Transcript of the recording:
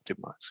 optimize